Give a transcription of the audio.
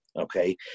Okay